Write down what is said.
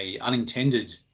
unintended